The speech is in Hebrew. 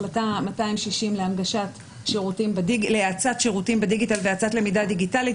החלטה 260 להאצת שירותים בדיגיטל והאצת למידה דיגיטלית.